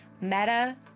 Meta